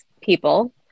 people